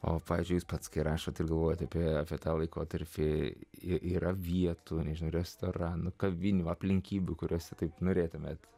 o pavyzdžiui jis pats kai rašote galvojate apie tą laikotarpį kai yra vietų nežino restoranų kavinių aplinkybių kuriose taip norėtumėte